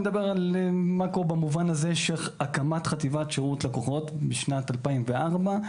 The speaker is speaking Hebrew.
אני מדבר על מקרו במובן הזה שהקמת חטיבת שירות לקוחות בשנת 2014,